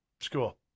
school